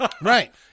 Right